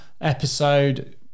episode